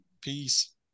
Peace